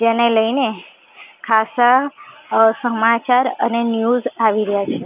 જેને લઈને ખાસ્સા સમાચાર અને ન્યૂઝ આવી રહ્યાં છે